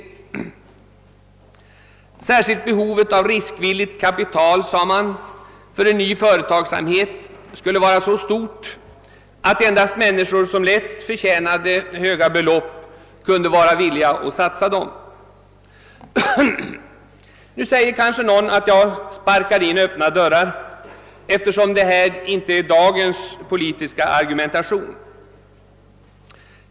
Särskilt framhöll man att behovet av riskvilligt kapital för en ny företagsamhet var mycket stort och att bara människor som lätt förtjänade höga belopp kunde vara villiga till riskfyllda satsningar. Kanske någon invänder att jag sparkar in öppna dörrar, eftersom detta inte är dagens politiska argumentation.